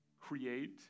Create